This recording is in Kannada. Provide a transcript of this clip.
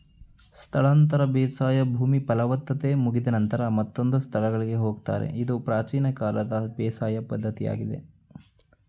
ಸ್ಥಳಾಂತರ ಬೇಸಾಯ ಭೂಮಿ ಫಲವತ್ತತೆ ಮುಗಿದ ನಂತರ ಮತ್ತೊಂದು ಸ್ಥಳಗಳಿಗೆ ಹೋಗುತ್ತಾರೆ ಇದು ಪ್ರಾಚೀನ ಕಾಲದ ಬೇಸಾಯ ಪದ್ಧತಿಯಾಗಿದೆ